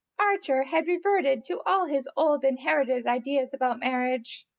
archer had reverted to all his old inherited ideas about marriage.